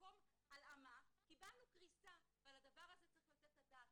במקום הלאמה קיבלנו קריסה ועל הדבר הזה צריך לתת את הדעת.